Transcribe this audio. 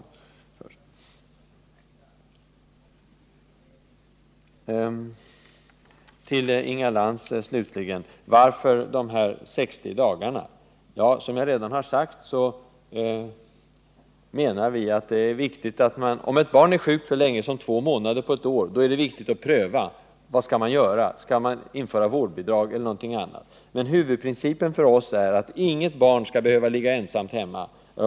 Slutligen frågade Inga Lantz varför föräldraledigheten skall begränsas till 60 dagar. Ja, som jag redan har sagt, menar vi att det är viktigt, om ett barn är sjukt så lång tid som två månader under ett år, att pröva vad som skall göras — om det skall sättas in vårdbidrag eller om någon annan åtgärd skall vidtas. Men huvudprincipen för oss är att inget sjukt barn skall behöva ligga ensamt hemma.